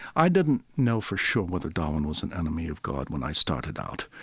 i didn't know for sure whether darwin was an enemy of god when i started out.